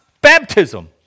baptism